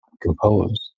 composed